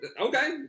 okay